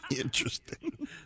Interesting